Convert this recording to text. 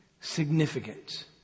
significant